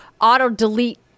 auto-delete